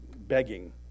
begging